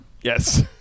Yes